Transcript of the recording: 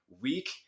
week